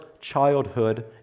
childhood